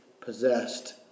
Possessed